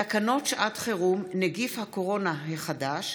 תקנות שעת חירום (נגיף הקורונה החדש)